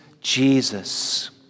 Jesus